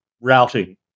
routing